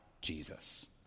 Jesus